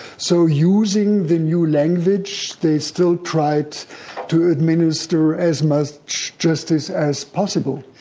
so using the new language, they still tried to administer as much justice as possible.